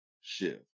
shift